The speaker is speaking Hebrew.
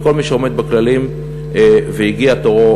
וכל מי שעומד בכללים והגיע תורו,